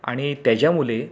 आणि त्याच्यामुळे